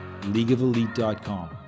Leagueofelite.com